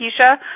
Keisha